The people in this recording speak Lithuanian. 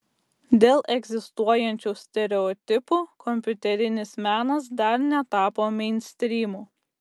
dėl egzistuojančių stereotipų kompiuterinis menas dar netapo meinstrymu